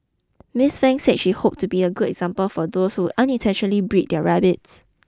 Miss Fang said she hoped to be a good example for those who unintentionally breed their rabbits